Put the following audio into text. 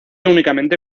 únicamente